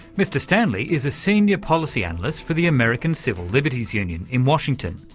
mr stanley is a senior policy analyst for the american civil liberties union in washington,